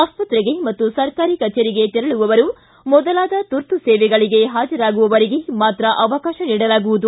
ಆಸ್ತತೆಗೆ ತೆರಳುವವರು ಸರ್ಕಾರಿ ಕಚೇರಿಗೆ ತೆರಳುವವರು ಮೊದಲಾದ ತುರ್ತು ಸೇವೆಗಳಗೆ ಹಾಜರಾಗುವವರಿಗೆ ಮಾತ್ರ ಅವಕಾಶ ನೀಡಲಾಗುವುದು